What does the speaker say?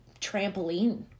trampoline